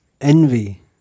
envy